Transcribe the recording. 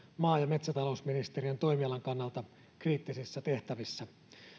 maa ja metsätalousministeriön toimialan kannalta kriittisissä tehtävissä